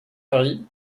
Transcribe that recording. paris